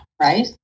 right